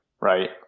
Right